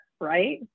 right